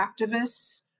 activists